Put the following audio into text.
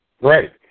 Right